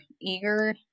eager